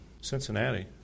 Cincinnati